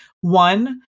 One